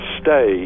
stay